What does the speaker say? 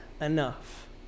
enough